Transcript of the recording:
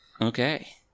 Okay